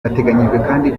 kandi